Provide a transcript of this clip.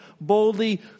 boldly